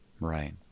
Right